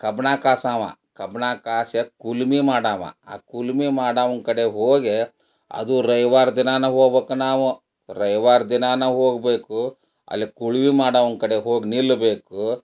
ಕಬ್ಬಿಣ ಕಾಸವ ಕಬ್ಬಿಣ ಕಾಸ ಕುಲ್ಮೆ ಮಾಡವ ಆ ಕುಲ್ಮೆ ಮಾಡೊವ್ನ ಕಡೆ ಹೋಗಿ ಅದು ರವಿವಾರ ದಿನಾನೇ ಹೋಗ್ಬಕು ನಾವು ರವಿವಾರ ದಿನಾನೇ ಹೋಗಬೇಕು ಅಲ್ಲಿ ಕುಳ್ವಿ ಮಾಡೋವ್ನ ಕಡೆ ಹೋಗಿ ನಿಲ್ಲಬೇಕು